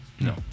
No